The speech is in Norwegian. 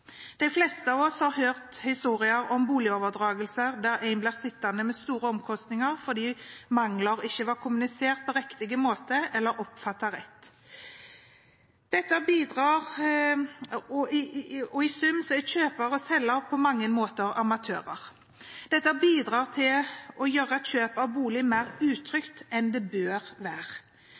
De fleste av oss har hørt historier om boligoverdragelser der én ble sittende med store omkostninger fordi mangler ikke var kommunisert på riktig måte eller oppfattet rett. I sum er kjøper og selger på mange måter amatører. Dette bidrar til å gjøre kjøp av bolig mer utrygt enn det bør være.